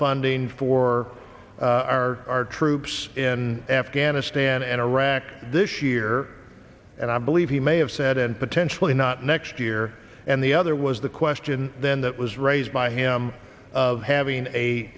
funding for our troops in afghanistan and iraq this year and i believe he may have said and potentially not next year and the other was the question then that was raised by him of having a